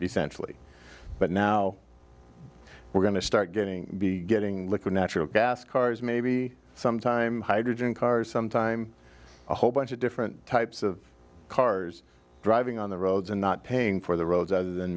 essentially but now we're going to start getting be getting liquid natural gas cars maybe sometime hydrogen cars sometime a whole bunch of different types of cars driving on the roads and not paying for the roads other than